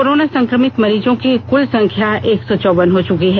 राज्य में कोरोना संक्रमित मरीजों की क्ल संख्या एक सौ चौवन हो चुकी है